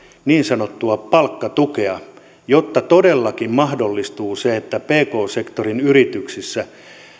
niin sanottua palkkatukea näin todellakin mahdollistuu se että pk sektorin yrityksissä